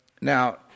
now